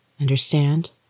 Understand